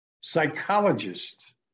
Psychologists